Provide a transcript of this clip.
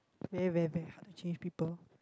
very very bad ah change people